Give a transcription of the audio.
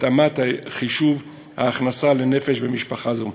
והתאמת חישוב ההכנסה לנפש במשפחה זו.